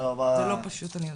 זה לא פשוט.